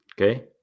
Okay